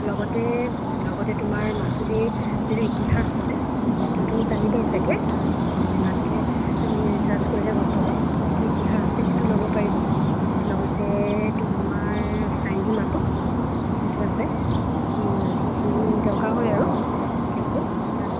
লগতে লগতে তোমাৰ মাজুলিৰ যিটো ইতিহাস আছে সেইটোতো জানিবাই ছাগে মানে ভালকৈ তুমি ৰিছাৰ্চ কৰিলে তুমি গম পাবা যিটো ইতিহাস আছে সেইটো ল'ব পাৰিবা লগতে তোমাৰ চাৰিসীমাটো যিটো আছে সেইখিনি দৰকাৰ হয় আৰু বিশেষকৈ তাত